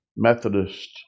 Methodist